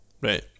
right